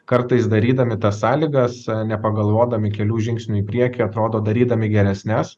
kartais darydami tas sąlygas nepagalvodami kelių žingsnių į priekį atrodo darydami geresnes